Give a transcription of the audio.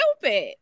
stupid